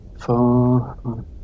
four